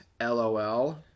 LOL